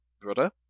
brother